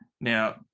Now